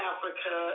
Africa